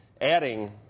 adding